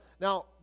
Now